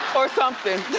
or something.